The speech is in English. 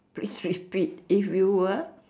please repeat if you were